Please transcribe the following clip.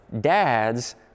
Dads